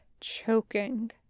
Choking